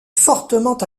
fortement